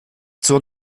zur